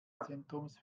zentrums